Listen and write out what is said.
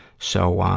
so, ah,